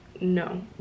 No